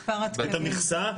את המכסה.